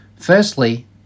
Firstly